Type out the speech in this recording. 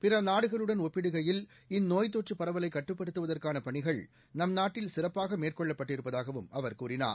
பிற நாடுகளுடன் ஒப்பிடுகையில் இந்நோய் தொற்று பரவலை கட்டுப்படுத்துவதற்கான பணிகள் நம் நாட்டில் சிறப்பாக மேற்கொள்ளப் பட்டிருப்பதாகவும் அவர் கூறினார்